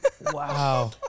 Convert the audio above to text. Wow